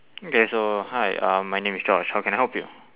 okay so hi um my name is josh how can I help you